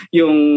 yung